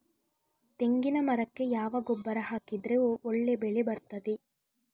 ತೆಂಗಿನ ಮರಕ್ಕೆ ಯಾವ ಗೊಬ್ಬರ ಹಾಕಿದ್ರೆ ಒಳ್ಳೆ ಬೆಳೆ ಬರ್ತದೆ?